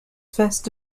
first